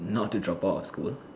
not to drop out of school